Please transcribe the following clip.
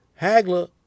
Hagler